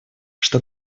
что